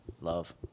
love